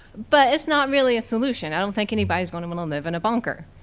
but it's not really a solution. i don't think anybody is gonna wanna live in a bunker.